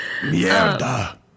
Mierda